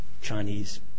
Chinese